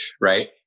Right